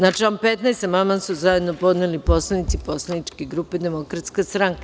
Na član 15. amandman su zajedno podneli poslanici Poslaničke grupe Demokratska stranka.